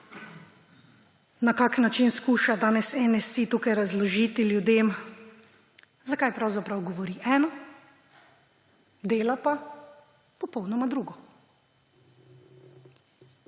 na kakšen način skuša danes NSi tukaj razložiti ljudem, zakaj pravzaprav govori eno, dela pa popolnoma drugo.